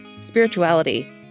spirituality